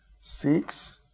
six